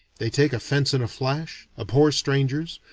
they take offense in a flash, abhor strangers,